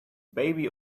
baby